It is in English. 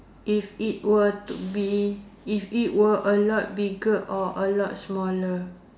if it were to be if it were a lot bigger or a lot smaller